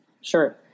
Sure